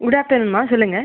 good ஆஃப்டர்நூன்ம்மா சொல்லுங்கள்